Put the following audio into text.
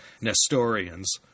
Nestorians